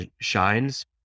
shines